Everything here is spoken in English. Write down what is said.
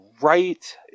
Right